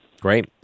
Great